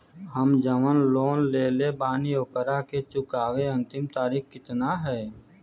हम जवन लोन लेले बानी ओकरा के चुकावे अंतिम तारीख कितना हैं?